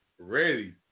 Ready